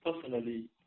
personally